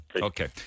Okay